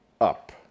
up